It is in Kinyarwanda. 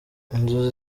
inzu